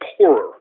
poorer